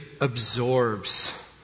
absorbs